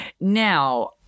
Now